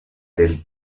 del